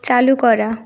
চালু করা